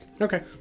Okay